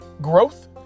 growth